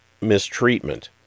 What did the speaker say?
mistreatment